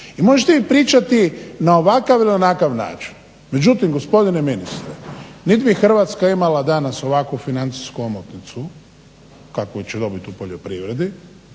I možete vi pričati na ovakav ili onakav način, međutim gospodine ministre nit bi Hrvatska imala danas ovakvu financijsku omotnicu kakvu će dobit u poljoprivredi